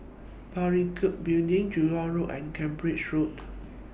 Parakou Building Jurong Road and Cambridge Road